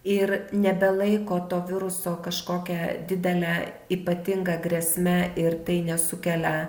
ir nebelaiko to viruso kažkokia didele ypatinga grėsme ir tai nesukelia